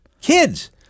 kids